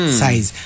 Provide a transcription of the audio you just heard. size